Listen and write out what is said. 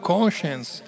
Conscience